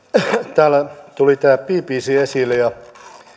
täällä tuli tämä bbc esille ja